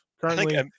currently